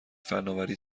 فنآوری